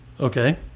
Okay